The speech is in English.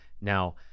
Now